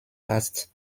past